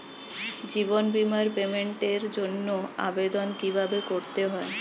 জীবন বীমার পেমেন্টের জন্য আবেদন কিভাবে করতে হয়?